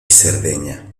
cerdeña